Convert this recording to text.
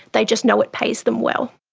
they just know it pays them well'.